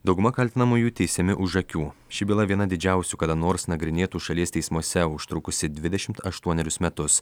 dauguma kaltinamųjų teisiami už akių ši byla viena didžiausių kada nors nagrinėtų šalies teismuose užtrukusi dvidešimt aštuonerius metus